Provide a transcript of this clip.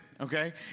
Okay